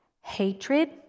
hatred